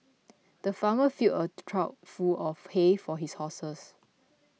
the farmer filled a trough full of hay for his horses